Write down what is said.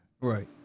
Right